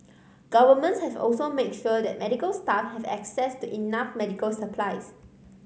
governments have also made sure that medical staff have access to enough medical supplies